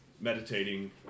meditating